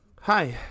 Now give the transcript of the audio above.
Hi